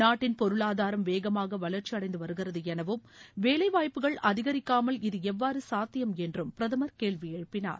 நாட்டின் பொருளாதாரம் வேகமாக வளர்ச்சியடந்த வருகிறது எனவும் வேலைவாய்ப்புகள் அதிகரிக்காமல் இது எவ்வாறு சாத்தியம் என்றும் பிரதமர் கேள்வி எழுப்பினார்